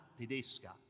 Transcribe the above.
tedesca